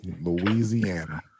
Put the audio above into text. Louisiana